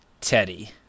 Teddy